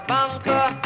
Banker